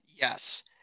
Yes